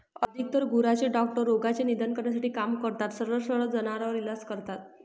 अधिकतर गुरांचे डॉक्टर रोगाचे निदान करण्यासाठी काम करतात, सरळ सरळ जनावरांवर इलाज करता